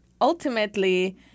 ultimately